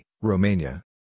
Romania